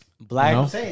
Black